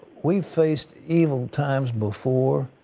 we've faced evil times before.